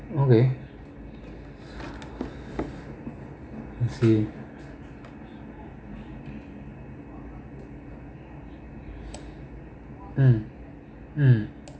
okay I see mm mm